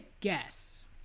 guess